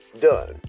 done